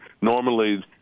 Normally